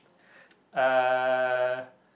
uh